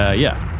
yeah yeah,